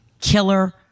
killer